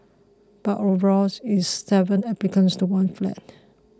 but overall it's seven applicants to one flat